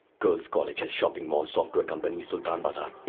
girls' colleges! shopping malls! software companies! sultan bazaar!